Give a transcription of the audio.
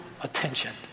attention